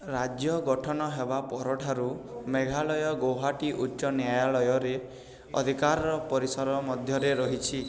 ରାଜ୍ୟ ଗଠନ ହେବା ପରଠାରୁ ମେଘାଳୟ ଗୌହାଟୀ ଉଚ୍ଚ ନ୍ୟାୟାଳୟର ଅଧିକାର ପରିସର ମଧ୍ୟରେ ରହିଛି